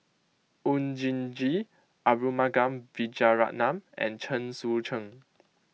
Oon Jin Gee Arumugam Vijiaratnam and Chen Sucheng